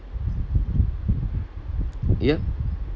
yeah